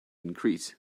increase